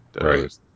right